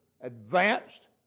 advanced